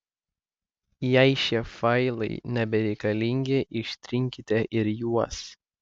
jei šie failai nebereikalingi ištrinkite ir juos